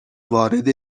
وارد